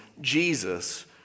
Jesus